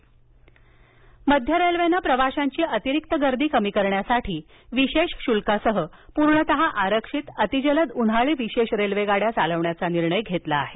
विशेष रेल्वे गाडया मध्य रेल्वेने प्रवाशांची अतिरिक्त गर्दी कमी करण्यासाठी विशेष शुल्कासह पूर्णतः आरक्षित अतिजलद उन्हाळी विशेष रेल्वे गाड्या चालविण्याचा निर्णय धेतला आहे